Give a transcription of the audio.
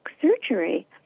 surgery